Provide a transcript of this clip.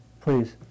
Please